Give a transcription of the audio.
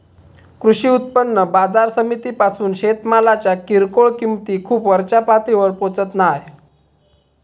कृषी उत्पन्न बाजार समितीपासून शेतमालाच्या किरकोळ किंमती खूप वरच्या पातळीवर पोचत नाय